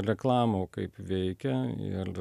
reklamų kaip veikia il